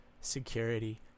security